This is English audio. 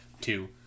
two